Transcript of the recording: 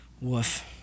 Woof